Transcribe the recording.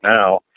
now